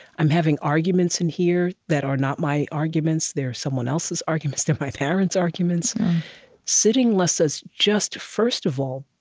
i'm having arguments in here that are not my arguments, they are someone else's arguments. they're my parents' arguments sitting lets us just, first of all,